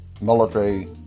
military